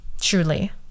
Truly